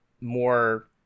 more